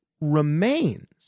remains